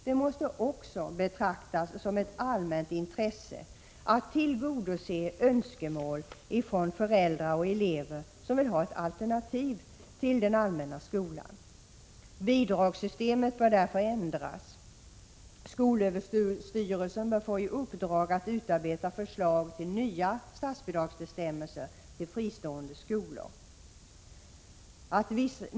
Det måste också betraktas som ett allmänt intresse att tillgodose önskemål från föräldrar och elever som vill ha ett alternativ till den allmänna skolan. Bidragssystemet bör därför ändras. Skolöverstyrelsen bör få i uppdrag att utarbeta förslag till nya statsbidragsbestämmelser till fristående skolor.